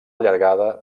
llargada